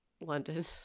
London